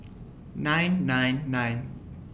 nine nine nine